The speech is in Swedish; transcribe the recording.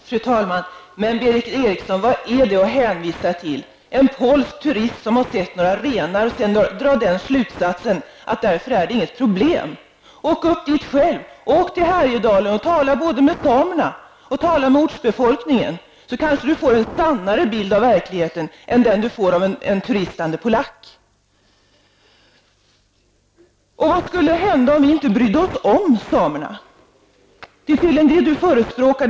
Fru talman! Men, Berith Eriksson, vad är detta att hänvisa till -- en polsk turist som har sett några renar? Sedan drar hon slutsatsen att det av den anledningen inte är något problem. Åk upp dit själv, åk till Härjedalen och tala med både samerna och ortsbefolkningen, så kanske Berith Eriksson får en sannare bild av verkligheten än den hon får av en turistande polack. Vad skulle hända om vi inte brydde oss om samerna? Det är tydligen det som Berith Eriksson förespråkar.